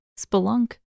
spelunk